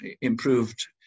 improved